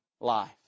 life